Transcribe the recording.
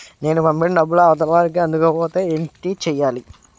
నేను పంపిన డబ్బులు అవతల వారికి అందకపోతే ఏంటి చెయ్యాలి?